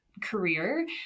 career